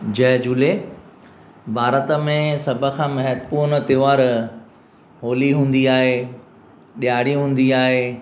जय झूले भारत में सभ खां महत्वपूर्ण त्योहार होली हूंदी आहे ॾियारी हूंदी आहे